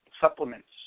supplements